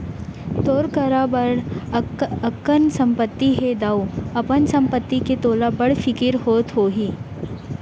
तोर करा बड़ अकन संपत्ति हे दाऊ, अपन संपत्ति के तोला बड़ फिकिर होत होही